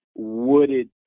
wooded